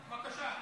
בבקשה,